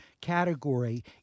category